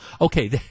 Okay